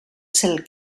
cel